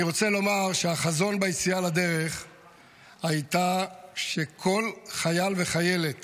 אני רוצה לומר שהחזון ביציאה לדרך היה שכל חייל וחיילת